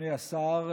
אדוני השר,